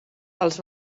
als